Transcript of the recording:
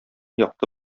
якты